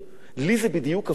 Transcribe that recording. לי זה בדיוק הפוך.